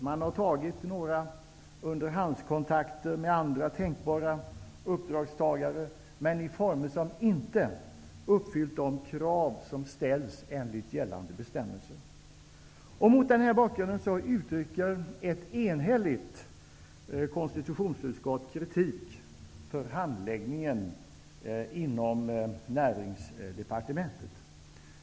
Man har tagit några underhandskontakter med andra tänkbara uppdragstagare, men i former som inte uppfyllt de krav som ställs enligt gällande bestämmelser. Mot denna bakgrund utrycker ett enhälligt konstitutionsutskott kritik för handläggningen inom Näringsdepartementet.